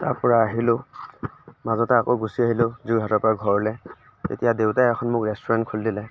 তাৰ পৰা আহিলোঁ মাজতে আকৌ গুচি আহিলোঁ যোৰহাটৰ পৰা ঘৰলৈ তেতিয়া দেউতাই এখন মোক ৰেষ্টুৰেণ্ট খুলি দিলে